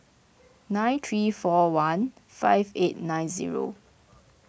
nine three four one five eight nine zero